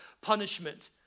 punishment